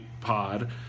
pod